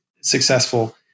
successful